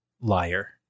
liar